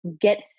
get